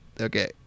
Okay